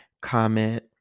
comment